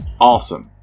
awesome